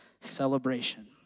celebration